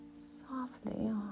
softly